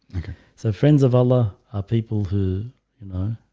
okay, so friends of allah are people who you know